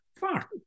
far